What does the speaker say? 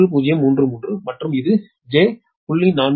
1033 மற்றும் இது j0